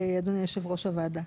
אדוני יושב-ראש הוועדה.